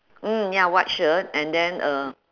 mm ya white shirt and then uh